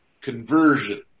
conversion